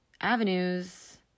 avenues